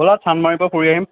ব'লা চান্দমাৰীৰ পৰা ফুৰি আহিম